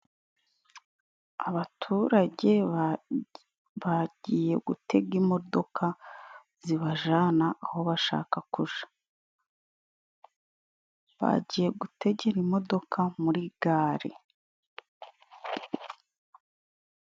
Abaturage bagiye gutega imodoka zibajana aho bashaka kuja, bagiye gutegera imodoka muri gare.